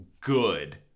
good